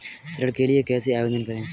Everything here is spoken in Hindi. ऋण के लिए कैसे आवेदन करें?